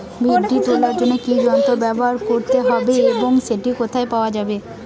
ভিন্ডি তোলার জন্য কি যন্ত্র ব্যবহার করতে হবে এবং সেটি কোথায় পাওয়া যায়?